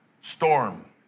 storm